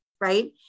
right